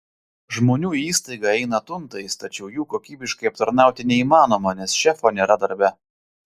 žmonių į įstaigą eina tuntais tačiau jų kokybiškai aptarnauti neįmanoma nes šefo nėra darbe